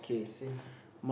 same